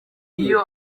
iyo